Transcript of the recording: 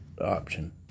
option